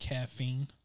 Caffeine